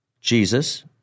Jesus